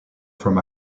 from